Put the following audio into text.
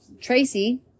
Tracy